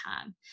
time